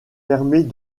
permet